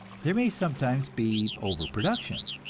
there may sometimes be over-production,